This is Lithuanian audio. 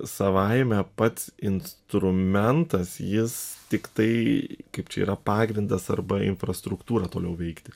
savaime pats instrumentas jis tiktai kaip čia yra pagrindas arba infrastruktūra toliau veikti